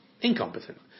incompetent